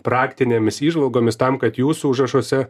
praktinėmis įžvalgomis tam kad jūsų užrašuose